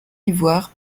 ivoire